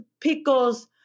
pickles